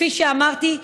כפי שאמרתי,